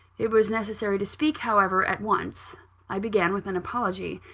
it was necessary to speak, however, at once i began with an apology.